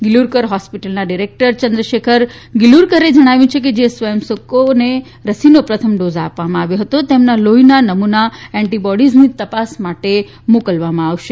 ગિલુરકર હોસ્પિટલના ડિરેક્ટર ચંદ્રશેખર ગિલુરકરે જણાવ્યું કે જે સ્વયંસેવકોને રસીનો પ્રથમ ડોઝ આપવામાં આવ્યો હતો તેમના લોહીના નમૂના એન્ટિબોડીઝની તપાસ માટે મોકલવામાં આવશે